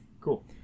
Cool